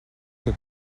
que